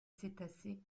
cétacés